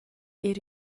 eir